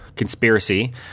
conspiracy